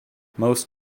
most